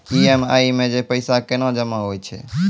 EMI मे जे पैसा केना जमा होय छै?